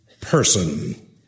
person